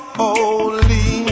holy